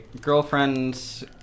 girlfriend's